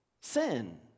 sin